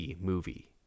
movie